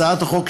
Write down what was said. הצעת החוק,